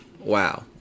Wow